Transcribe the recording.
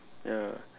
ya